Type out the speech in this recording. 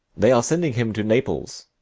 they are sending him to naples,